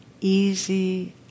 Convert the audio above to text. easy